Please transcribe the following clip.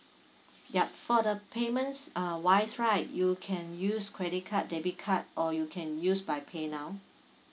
yup for the payments uh wise right you can use credit card debit card or you can use by pay now